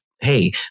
hey